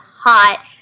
hot